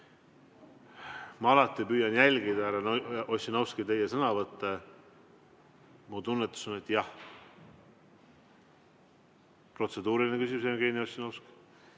Ma alati püüan jälgida, härra Ossinovski, teie sõnavõtte. Mu tunnetus on, et jah. Protseduuriline küsimus, Jevgeni Ossinovski.